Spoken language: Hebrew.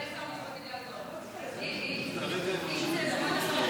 אולי שר המשפטים יעזור: אם זה יורד עכשיו,